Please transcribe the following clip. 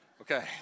okay